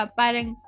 parang